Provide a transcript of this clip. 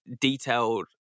detailed